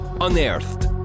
Unearthed